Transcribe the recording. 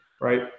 right